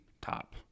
top